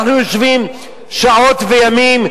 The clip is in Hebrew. אנחנו יושבים שעות וימים,